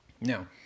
Now